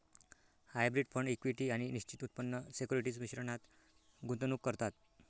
hybrid fund equity आणि निश्चित उत्पन्न सिक्युरिटीज मिश्रणात गुंतवणूक करतात